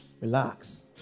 Relax